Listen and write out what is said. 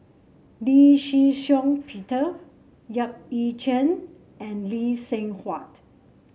Lee Shih Shiong Peter Yap Ee Chian and Lee Seng Huat